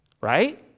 right